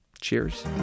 Cheers